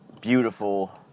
beautiful